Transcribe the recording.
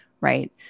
right